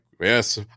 yes